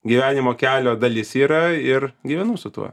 gyvenimo kelio dalis yra ir gyvenu su tuo